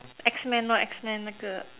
X men lor X men 那个：na ge